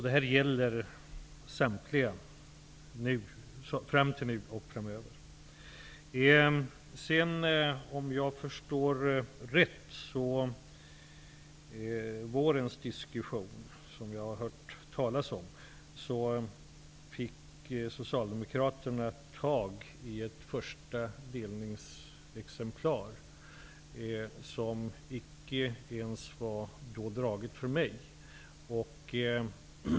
Det här gäller alltså samtliga berörda, fram till nu och framöver. Jag har hört talas om vårens diskussion. Om jag har förstått det hela rätt, fick socialdemokraterna tag på ett första delningsexemplar av förslaget, som icke ens hade redovisats för mig.